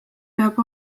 peab